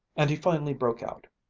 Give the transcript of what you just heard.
and he finally broke out